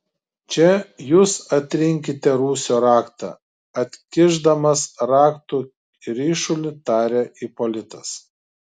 čia jūs atrinkite rūsio raktą atkišdamas raktų ryšulį tarė ipolitas